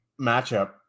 matchup